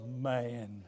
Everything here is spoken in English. man